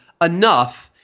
enough